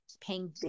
paying